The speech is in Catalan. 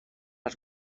els